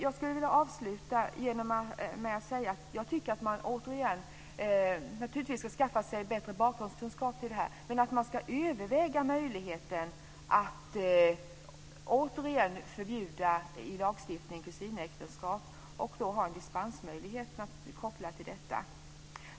Jag skulle vilja avsluta mitt anförande genom att säga att jag tycker att man återigen naturligtvis ska skaffa sig bättre bakgrundskunskap till detta men att man ska överväga möjligheten att återigen i lagstiftning förbjuda kusinäktenskap och ha en dispensmöjlighet kopplad till detta.